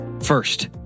First